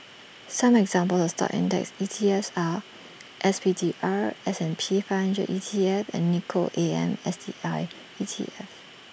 some examples of stock index ETFs are S P D R S and P five hundred E T F and Nikko A M S T I E T F